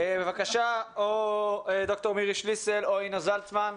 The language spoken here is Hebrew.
ד"ר מירי שליסל או אינה זלצמן,